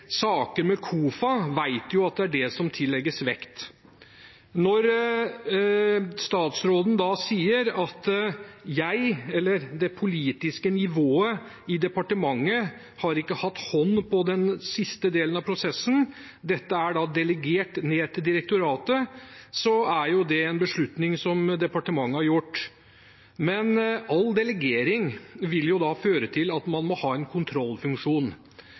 saker med KOFA, vet at det er det som tillegges vekt. Når statsråden da sier at det politiske nivået i departementet ikke har hatt hånd på den siste delen av prosessen, dette er delegert ned til direktoratet, er det en beslutning som departementet har gjort. Men all delegering vil føre til at man må ha en kontrollfunksjon.